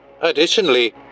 Additionally